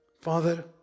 Father